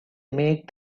make